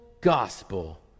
gospel